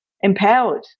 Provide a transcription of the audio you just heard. Empowered